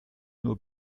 nur